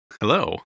hello